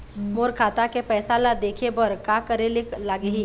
मोर खाता के पैसा ला देखे बर का करे ले लागही?